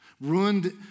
Ruined